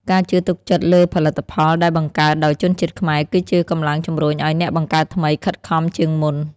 ការជឿទុកចិត្តលើផលិតផលដែលបង្កើតដោយជនជាតិខ្មែរគឺជាកម្លាំងជំរុញឱ្យអ្នកបង្កើតថ្មីខិតខំជាងមុន។